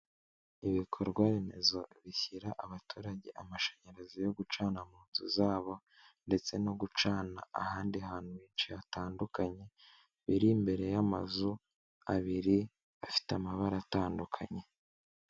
Ibikorwa remezo bishyira abaturage amashanyarazi yo gucana mu nzu zabo ndetse no gucana ahandi hantu henshi hatandukanye, biri imbere y'amazu abiri afite amabara atandukanye.